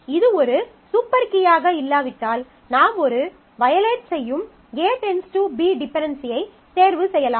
இது ஒரு சூப்பர் கீயாக இல்லாவிட்டால் நாம் ஒரு வயலேட் செய்யும் A → B டிபென்டென்சியை தேர்வு செய்யலாம்